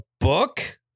book